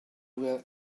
were